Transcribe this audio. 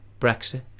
brexit